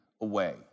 away